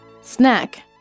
Snack